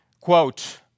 quote